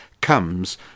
comes